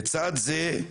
לצד זה,